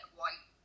white